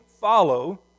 follow